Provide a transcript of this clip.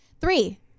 Three